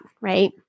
Right